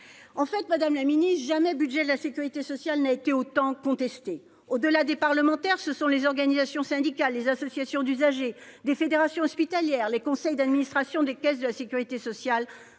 En fait, madame la ministre, jamais budget de la sécurité sociale n'a été autant contesté. Au-delà des parlementaires, ce sont les organisations syndicales, les associations d'usagers, des fédérations hospitalières, les conseils d'administration des caisses de la sécurité sociale